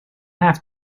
have